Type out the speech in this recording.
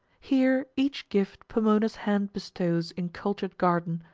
here each gift pomona's hand bestows in cultured garden,